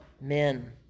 men